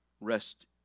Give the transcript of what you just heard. Rest